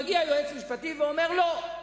מגיע היועץ המשפטי ואומר: לא.